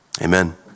Amen